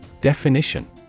Definition